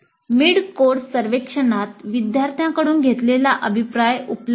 mid course सर्वेक्षणात विद्यार्थ्यांकडून घेतलेला अभिप्राय उपलब्ध आहे